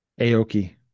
Aoki